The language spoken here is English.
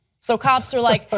so cops are like,